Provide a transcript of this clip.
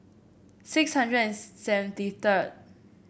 six hundred and seventy third